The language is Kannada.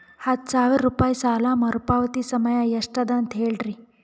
ಹತ್ತು ಸಾವಿರ ರೂಪಾಯಿ ಸಾಲ ಮರುಪಾವತಿ ಸಮಯ ಎಷ್ಟ ಅದ ಅಂತ ಹೇಳರಿ?